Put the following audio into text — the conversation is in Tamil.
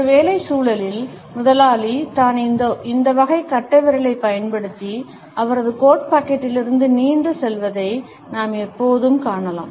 ஒரு வேலை சூழலில் முதலாளி தான் இந்த வகை கட்டைவிரலைப் பயன்படுத்தி அவரது கோட் பாக்கெட்டிலிருந்து நீண்டு செல்வதை நாம் எப்போதும் காணலாம்